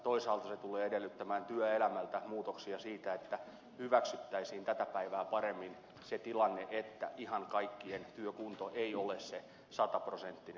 toisaalta se tulee edellyttämään työelämältä muutoksia siinä että hyväksyttäisiin tätä päivää paremmin se tilanne että ihan kaikkien työkunto ei ole se sataprosenttinen